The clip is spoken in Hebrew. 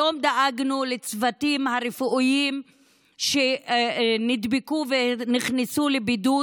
היום דאגנו לצוותים הרפואיים שנדבקו ונכנסו לבידוד